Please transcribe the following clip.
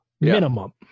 minimum